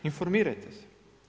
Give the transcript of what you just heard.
Informirajte se.